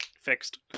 Fixed